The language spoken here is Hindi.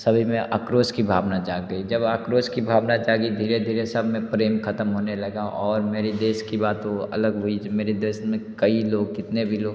सभी में आक्रोश की भावना जाग गई जब आक्रोश की भावना जागी धीरे धीरे सब में प्रेम खत्म होने लगा और मेरे देश की बात तो अलग हुई जो मेरे देश में कई लोग कितने भी लोग